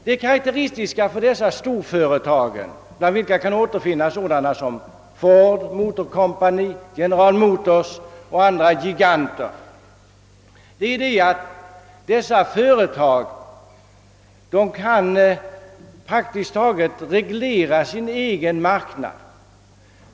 Det karakteristiska för dessa storföretag, bland vilka kan återfinnas Ford Motor Company, General Motors och andra giganter, är att de kan praktiskt taget reglera sin egen marknad.